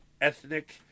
Ethnic